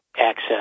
access